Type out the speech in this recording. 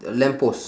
lamp post